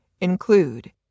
include